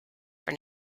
for